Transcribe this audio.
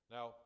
Now